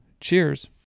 Cheers